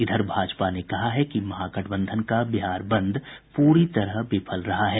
इधर भाजपा ने कहा है कि महागठबंधन का बिहार बंद पूरी तरह विफल रहा है